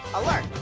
alert!